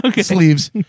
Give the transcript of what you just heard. Sleeves